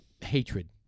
hatred